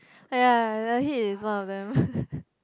!aiya! the heat is one of them